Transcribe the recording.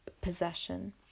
possession